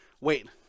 wait